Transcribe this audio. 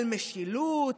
על משילות,